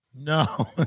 No